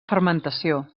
fermentació